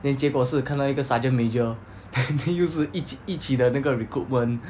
then 结果是看到一个 sergeant major then 又是一起一起的那个 recruitment